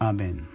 Amen